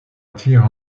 attire